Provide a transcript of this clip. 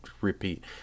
repeat